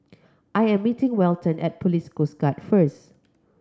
I am meeting Welton at Police Coast Guard first